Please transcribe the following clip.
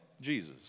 Jesus